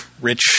rich